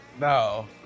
No